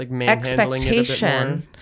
expectation